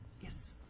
Yes